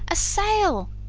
a sail